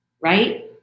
Right